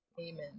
amen